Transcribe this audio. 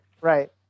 right